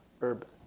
urban